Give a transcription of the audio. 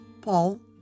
Paul